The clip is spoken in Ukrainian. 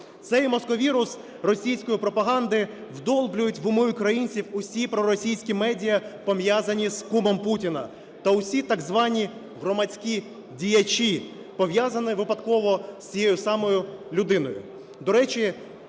Цей мізковірус російської пропаганди вдовбують в уми українців усі проросійські медіа, пов'язані з кумом Путіна, та усі так звані громадські діячі, пов'язані випадково з цією самою людиною.